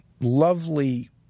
lovely